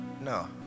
no